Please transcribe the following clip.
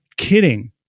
kidding